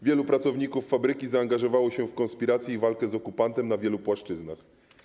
Wielu pracowników fabryki zaangażowało się w konspirację i walkę z okupantem na wielu płaszczyznach.